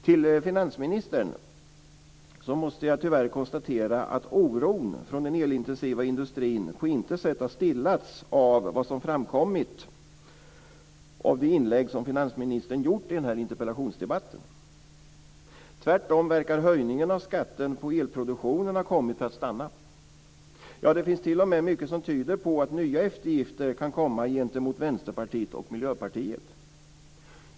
Till finansministern: Jag måste tyvärr konstatera att oron från den elintensiva industrin på intet sätt har stillats av vad som framkommit av de inlägg som finansministern har gjort i den här interpellationsdebatten. Tvärtom verkar höjningen av skatten på elproduktion ha kommit för att stanna - ja, det finns t.o.m. mycket som tyder på att nya eftergifter kan komma gentemot Vänsterpartiet och Miljöpartiet.